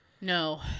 No